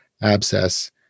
abscess